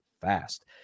fast